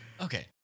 Okay